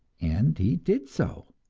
and he did so,